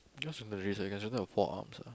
yours from the race four arms ah